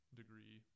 degree